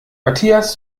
matthias